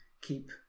keep